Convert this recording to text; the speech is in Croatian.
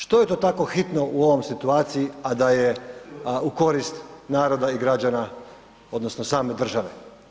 Što je to tako hitno u ovoj situaciji a da je u korist naroda i građana odnosno same države?